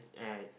and